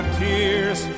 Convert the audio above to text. tears